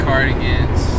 Cardigans